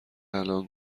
الان